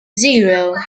zero